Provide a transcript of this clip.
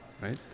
right